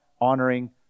honoring